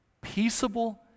peaceable